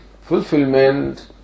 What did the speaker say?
fulfillment